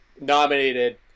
nominated